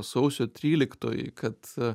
sausio tryliktoji kad